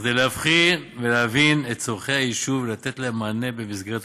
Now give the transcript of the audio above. כדי להבין את צורכי היישוב ולתת להם מענה במסגרת התוכנית.